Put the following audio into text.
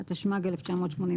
התשמ"ג-1982;